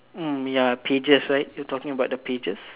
mm ya pages right you talking about the pages